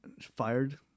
fired